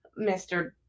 Mr